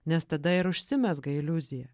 nes tada ir užsimezga iliuzija